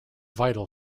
vital